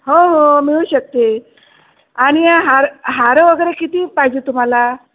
हो हो मिळू शकते आणि या हार हार वगैरे किती पाहिजे तुम्हाला